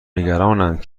نگرانند